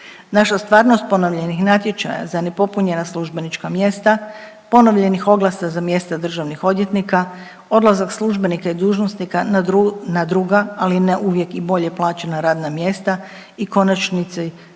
Naša stvarnost ponovljenih natječaja za nepopunjena službenička mjesta, ponovljenih oglasa za mjesta državnih odvjetnika, odlazak službenika i dužnosnika na druga, ali ne uvijek i bolje plaćena radna mjesta i u konačnici